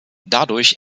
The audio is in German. dadurch